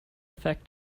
effect